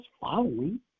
following